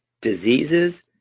Diseases